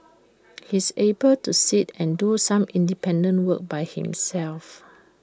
he's able to sit and do some independent work by himself